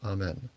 Amen